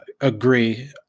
agree